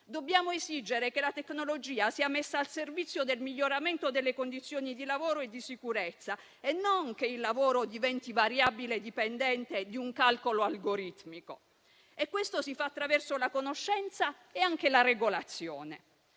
Dobbiamo esigere che la tecnologia sia messa al servizio del miglioramento delle condizioni di lavoro e di sicurezza, affinché il lavoro non diventi variabile dipendente di un calcolo algoritmico. Questo si fa attraverso la conoscenza e anche la regolazione.